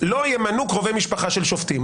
לא ימנו קרובי משפחה של שופטים.